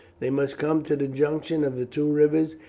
they must come to the junction of the two rivers,